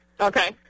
Okay